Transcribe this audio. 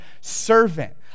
servant